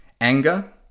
anger